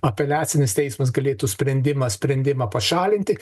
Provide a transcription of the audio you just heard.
apeliacinis teismas galėtų sprendimą sprendimą pašalinti